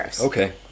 Okay